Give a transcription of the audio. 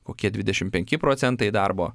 kokie dvidešim penki procentai darbo